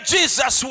Jesus